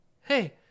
Hey